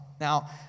Now